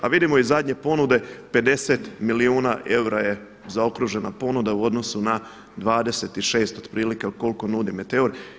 A vidimo iz zadnje ponude 50 milijuna eura je zaokružena ponuda u odnosu na 26 otprilike koliko nudi Meteor.